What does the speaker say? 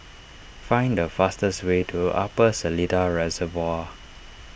find the fastest way to Upper Seletar Reservoir